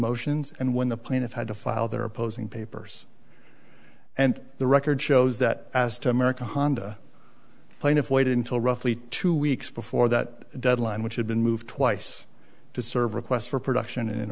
motions and when the plaintiff had to file their opposing papers and the record shows that as to american honda plaintiff waited until roughly two weeks before that deadline which had been moved twice to serve a request for production